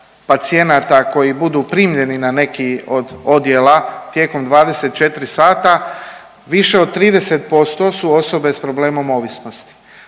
pacijenata koji budu primljeni na neki od odjela tijekom 24 sata, više od 30% su osobe s problemom ovisnosti.